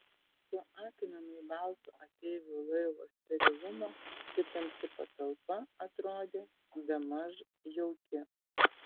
po akinamai balto ateivių laivo sterilumo ši tamsi patalpa atrodė bemaž jauki